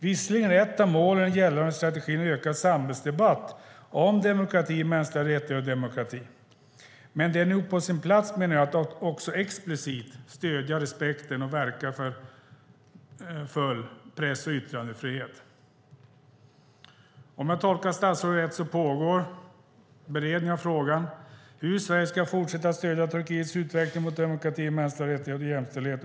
Visserligen är det ett av målen gällande strategin i ökad samhällsdebatt om demokrati, mänskliga rättigheter och demokrati, men det är nog på sin plats att också explicit stödja respekten och verka för press och yttrandefrihet. Om jag tolkar statsrådet rätt pågår beredning av frågan om hur Sverige ska fortsätta att stödja Turkiets utveckling mot demokrati, mänskliga rättigheter och jämställdhet.